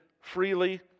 freely